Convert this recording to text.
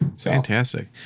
Fantastic